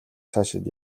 цаашид